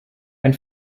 ein